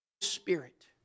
Spirit